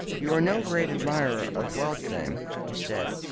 you are no great admirer of wealth, then? he said.